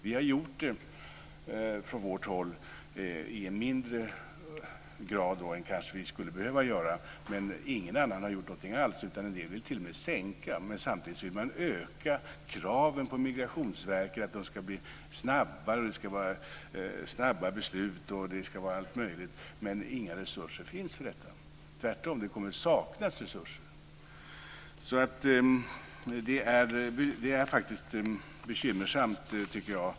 Vi har gjort det från vårt håll i en mindre grad än vad vi kanske skulle behöva göra göra, men ingen annan har gjort någonting alls, utan en del vill t.o.m. sänka anslaget. Samtidigt vill man öka kraven på Migrationsverket. Det ska vara snabbare beslut och allt möjligt, men inga resurser finns för detta. Tvärtom kommer det att saknas resurser. Det är faktiskt bekymmersamt, tycker jag.